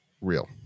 real